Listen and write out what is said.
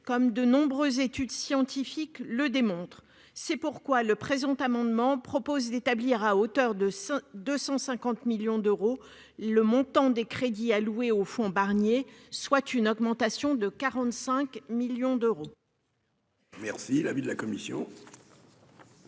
comme de nombreuses études scientifiques le démontrent. Le présent amendement prévoit donc d'établir à hauteur de 250 millions d'euros le montant des crédits alloués au fonds Barnier, soit une augmentation de 45 millions d'euros. Quel est l'avis de la commission